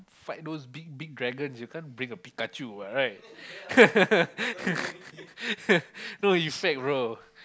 fight those big big dragons you can't bring a Pikachu what right no you swag bro